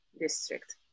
district